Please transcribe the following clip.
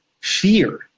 fear